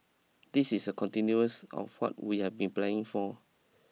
this is a continuous of what we had been planning for